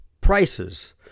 prices